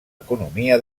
economia